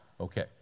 Okay